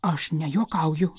aš nejuokauju